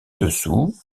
dessous